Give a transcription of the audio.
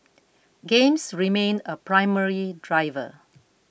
games remain a primary driver